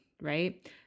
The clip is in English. right